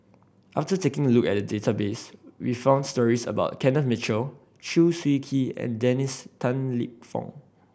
after taking a look at the database we found stories about Kenneth Mitchell Chew Swee Kee and Dennis Tan Lip Fong